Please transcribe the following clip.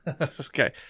Okay